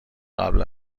قبل